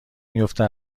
میفته